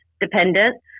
dependent